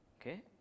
Okay